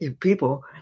people